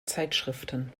zeitschriften